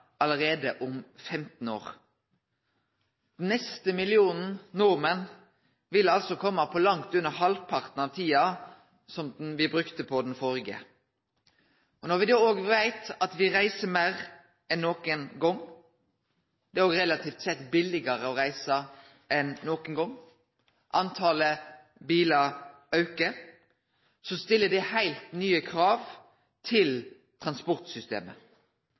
allereie om 15 år. Den neste millionen med nordmenn vil altså komme på langt under halvparten av tida som den førre. Me veit òg at me reiser meir enn nokon gong. Det er relativt sett billegare å reise enn nokon gong. Talet på bilar aukar. Dette stiller heilt nye krav til transportsystemet.